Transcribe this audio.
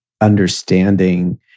understanding